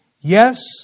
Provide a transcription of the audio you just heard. Yes